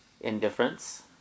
Indifference